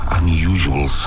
unusual